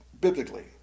biblically